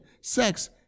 Sex